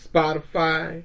Spotify